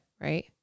right